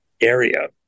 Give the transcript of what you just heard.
area